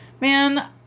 Man